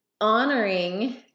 honoring